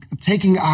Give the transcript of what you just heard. taking